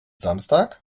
samstag